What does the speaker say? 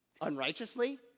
unrighteously